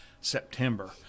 september